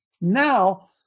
Now